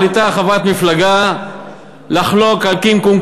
מחליטה חברת מפלגה לחלוק על קים קונק,